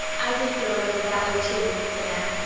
i did feel a little that way, too, said anne.